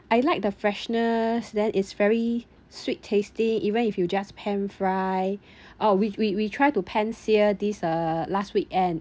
I like the freshness then is very sweet tasty even if you just pan fry uh we we we try to pan sear this uh last weekend